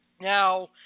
Now